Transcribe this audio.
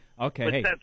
Okay